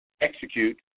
execute